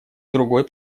другой